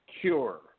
cure